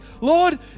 Lord